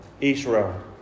Israel